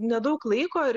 nedaug laiko ir